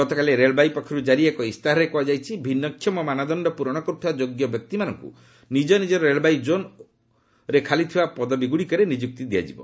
ଗତକାଲି ରେଳବାଇ ପକ୍ଷରୁ ଜାରି ଏକ ଇସ୍ତାହାରରେ କୁହାଯାଇଛି ଭିନ୍ନକ୍ଷମ ମାନଦଣ୍ଡ ପୂରଣ କରୁଥିବା ଯୋଗ୍ୟ ବ୍ୟକ୍ତିମାନଙ୍କୁ ନିଜ ନିଜର ରେଳବାଇ ଜୋନ୍ ଓ ଖାଲିଥିବା ପଦବୀଗୁଡ଼ିକରେ ନିଯୁକ୍ତି ଦିଆଯିବ